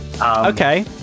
Okay